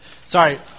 Sorry